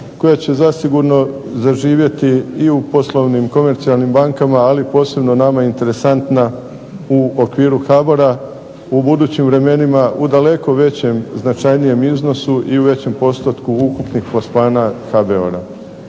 koja će zasigurno zaživjeti i u poslovnim, komercijalnim bankama, ali posebno nama interesantna u okviru HBOR-a u budućim vremenima u daleko većem, značajnijem iznosu i u većem postotku ukupnih plasmana HBOR-a.